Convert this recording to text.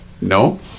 No